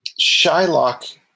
Shylock